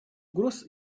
угроз